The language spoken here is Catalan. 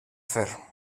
fer